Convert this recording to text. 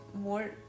more